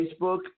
Facebook